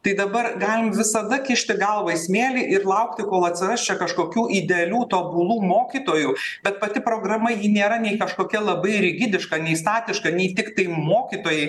tai dabar galim visada kišti galvą į smėlį ir laukti kol atsiras čia kažkokių idealių tobulų mokytojų bet pati programa ji nėra nei kažkokia labai rigidiška nei statiška nei tiktai mokytojai